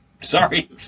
Sorry